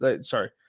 sorry